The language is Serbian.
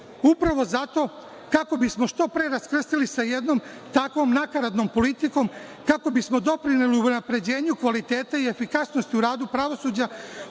zato, kako bismo što pre raskrstili sa jednom takvom nakaradnom politikom, kako bismo doprineli u unapređenju kvaliteta i efikasnosti u radu pravosuđa,